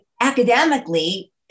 academically